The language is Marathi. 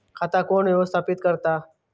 खाता कोण व्यवस्थापित करता?